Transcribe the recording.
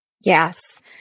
Yes